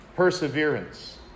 perseverance